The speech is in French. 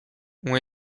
ont